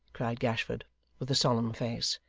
cried gashford with a solemn face.